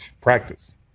practice